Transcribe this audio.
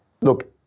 look